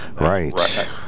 Right